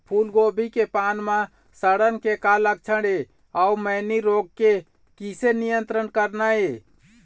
फूलगोभी के पान म सड़न के का लक्षण ये अऊ मैनी रोग के किसे नियंत्रण करना ये?